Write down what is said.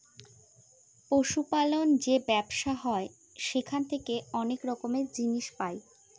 পশু পালন যে ব্যবসা হয় সেখান থেকে অনেক রকমের জিনিস পাই